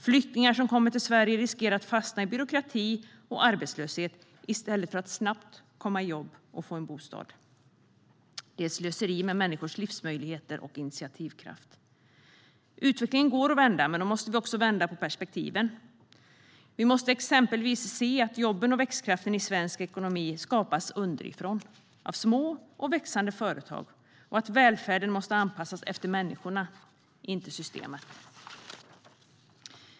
Flyktingar som kommer till Sverige riskerar att fastna i byråkrati och arbetslöshet i stället för att snabbt komma i jobb och få en bostad. Det är slöseri med människors livsmöjligheter och initiativkraft. Utvecklingen går att vända, men då måste vi också vända på perspektiven. Vi måste exempelvis se att jobben och växtkraften i svensk ekonomi skapas underifrån av små och växande företag, liksom att välfärden måste anpassas efter människorna och inte efter systemet.